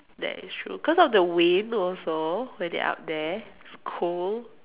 that is true cause of the wind also when they're up there it's cold